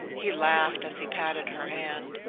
he laughed as he patted her hand.